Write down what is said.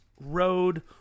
road